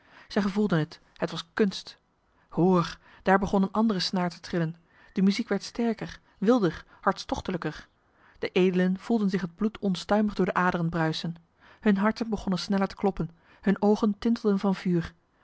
zij gevoelden het het was kunst hoor daar begon eene andere snaar te trillen de muziek werd sterker wilder hartstochtelijker de edelen voelden zich het bloed onstuimig door de aderen bruisen hunne harten begonnen sneller te kloppen hunne oogen tintelden van vuur